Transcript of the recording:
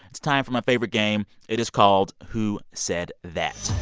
it's time for my favorite game. it is called who said that?